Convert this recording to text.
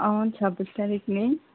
अँ छब्बिस तारिक नै